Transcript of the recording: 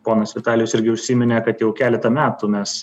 ponas vitalijus irgi užsiminė kad jau keletą metų mes